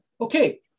Okay